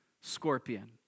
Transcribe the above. scorpion